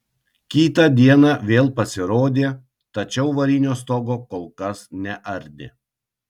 kitą dieną vėl pasirodė tačiau varinio stogo kol kas neardė